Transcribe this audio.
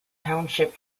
township